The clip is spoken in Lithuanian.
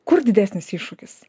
kur didesnis iššūkis